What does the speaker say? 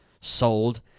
sold